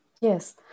Yes